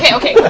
yeah okay.